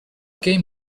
game